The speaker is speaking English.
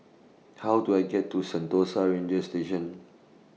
How Do I get to Sentosa Ranger Station